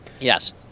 Yes